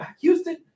Houston